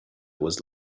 was